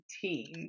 team